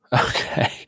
Okay